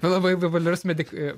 labai populiarus medik